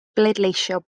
bleidleisio